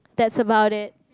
that's about it